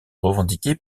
revendiquée